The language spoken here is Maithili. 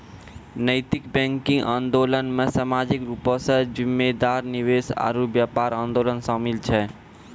नैतिक बैंकिंग आंदोलनो मे समाजिक रूपो से जिम्मेदार निवेश आरु व्यापार आंदोलन शामिल छै